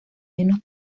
menos